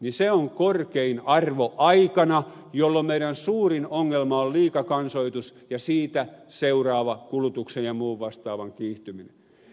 se on korkein arvo aikana jolloin meidän suurin ongelmamme on liikakansoitus ja siitä seuraava kulutuksen ja muun vastaavan kiihtyminen